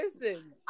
listen